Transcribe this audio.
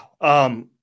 Wow